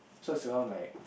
so it's around like